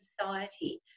society